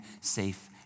safe